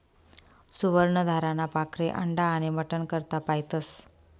सुवर्ण धाराना पाखरे अंडा आनी मटन करता पायतस